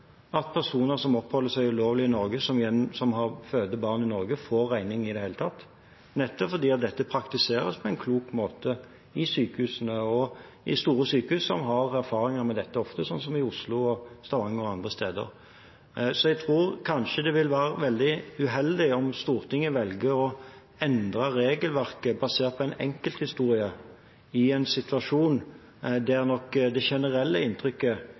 at personer som oppholder seg ulovlig i Norge, og som føder barn i Norge, får regning i det hele tatt, nettopp fordi dette praktiseres på en klok måte i sykehusene – i store sykehus som har erfaringer med dette ofte, slik som i Oslo og i Stavanger og andre steder. Så jeg tror kanskje det vil være veldig uheldig om Stortinget velger å endre regelverket basert på en enkelthistorie, i en situasjon der det generelle inntrykket